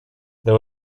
there